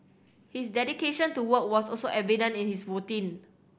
his dedication to work was also evident in his routine